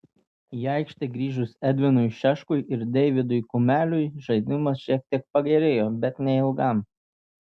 į aikštę grįžus edvinui šeškui ir deividui kumeliui žaidimas šiek tiek pagerėjo bet neilgam